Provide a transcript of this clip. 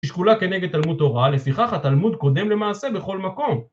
שקולה כנגד תלמוד תורה, לפיכך התלמוד קודם למעשה בכל מקום.